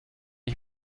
ich